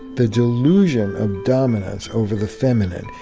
the delusion of dominance over the feminine,